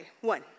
One